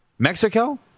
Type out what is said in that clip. Mexico